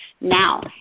Now